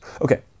Okay